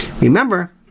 Remember